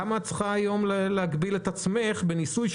למה את צריכה להגביל את עצמך בניסוי?